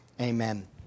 Amen